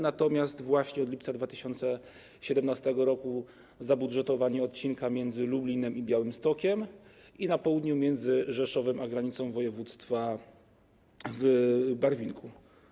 Natomiast właśnie od lipca 2017 r. zabudżetowany był też odcinek między Lublinem i Białymstokiem i na południu - między Rzeszowem a granicą województwa w Barwinku.